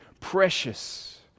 precious